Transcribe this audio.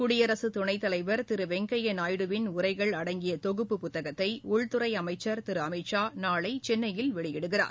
குடியரசுத்துணைத்தலைவர் திருவெங்கய்யாநாயுடுவின் உரைகள் அடங்கியதொகுப்பு புத்தகத்தைஉள்துறைஅமைச்சர் திருஅமித்ஷா நாளைசென்ளையில் வெளியிடுகிறார்